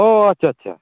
ᱚᱻ ᱟᱪᱪᱷᱟ ᱟᱪᱪᱷᱟ